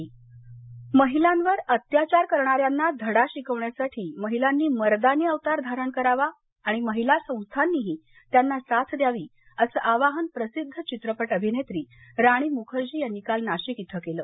राणी मखर्जी नाशिक महिलांवर अत्याचार करणाऱ्यांना धडा शिकवण्यासाठी महिलांनी मर्दानी अवतार धारण करावा आणि महिला संस्थांनीही त्यांना साथ द्यावी असं आवाहन प्रसिध्द चित्रपट अभिनेत्री राणी मुखर्जी यांनी काल नाशिक इथं केलं